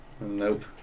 Nope